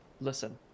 Listen